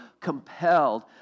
compelled